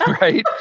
right